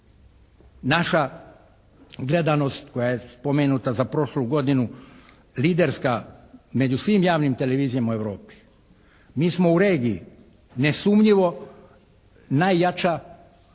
Naša gledanost koja je spomenuta za prošlu godinu liderska među svim javnim televizijama u Europi. Mi smo u regiji nesumnjivo najjača